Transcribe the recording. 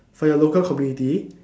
for your local community